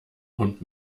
hund